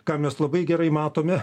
ką mes labai gerai matome